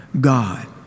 God